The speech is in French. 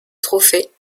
trophée